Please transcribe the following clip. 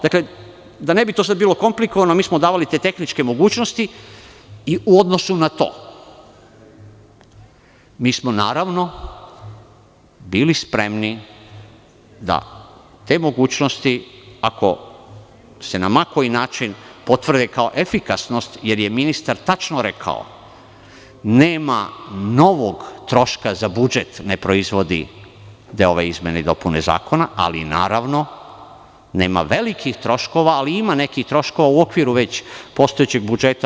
Da ne bi to sad bilo komplikovano, mi smo davali te tehničke mogućnosti i u odnosu na to smo, naravno, bili spremni da te mogućnosti, ako se na ma koji način potvrde kao efikasne, jer je ministar tačno rekao – nema novog troška za budžet, ne proizvode ove izmene i dopune zakona, ali naravno, nema velikih troškova, ali ima nekih troškova u okviru već postojećeg budžeta.